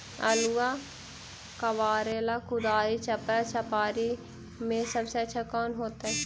आलुआ कबारेला कुदारी, चपरा, चपारी में से सबसे अच्छा कौन होतई?